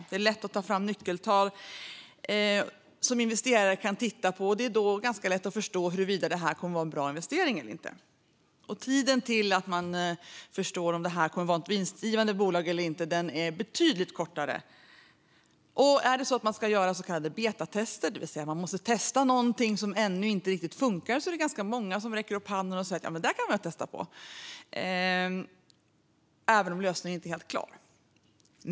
Det är lätt att ta fram nyckeltal som investerare kan titta på, och det är då ganska lätt att förstå huruvida det här kommer att vara en bra investering eller inte. Tiden till dess att man förstår om det här kommer att vara ett vinstgivande bolag eller inte är betydligt kortare. Ska man göra så kallade betatester, det vill säga testa någonting som ännu inte riktigt funkar, är det ganska många som räcker upp handen och säger att det där kan vi testa, även om lösningen inte är helt klar.